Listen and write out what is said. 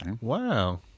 Wow